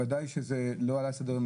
ודאי שזה לא עלה לסדר-היום.